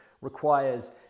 requires